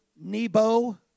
Nebo